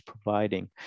providing